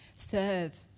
serve